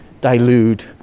dilute